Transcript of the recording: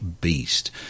beast